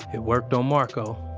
it worked on marco.